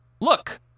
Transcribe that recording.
look